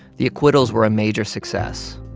the acquittals were a major success.